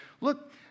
look